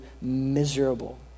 miserable